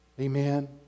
Amen